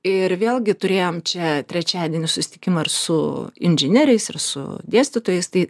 ir vėlgi turėjom čia trečiadienį susitikimą ir su inžinieriais ir su dėstytojais tai